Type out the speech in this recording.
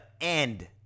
end